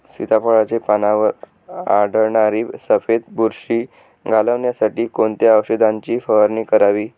सीताफळाचे पानांवर आढळणारी सफेद बुरशी घालवण्यासाठी कोणत्या औषधांची फवारणी करावी?